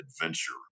adventure